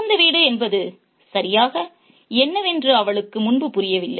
புகுந்த வீடு என்பது சரியாக என்னவென்று அவளுக்கு முன்பு புரியவில்லை